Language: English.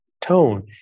tone